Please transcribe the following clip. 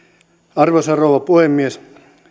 arvoisa rouva puhemies